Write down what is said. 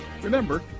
Remember